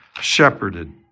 shepherded